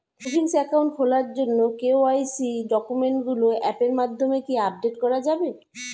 Savings account খোলার জন্য KYC ডকুমেন্টগুলো অ্যাপের মাধ্যমে কি আপডেট করা যাবে?